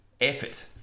effort